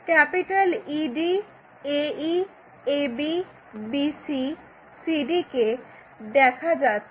ED AE AB BC CD কে দেখা যাচ্ছে